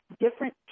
different